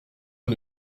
eux